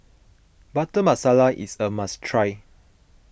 Butter Masala is a must try